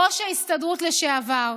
ראש ההסתדרות לשעבר.